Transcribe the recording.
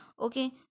Okay